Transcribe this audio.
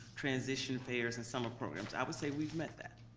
transition fairs, and summer programs. i would say we've met that.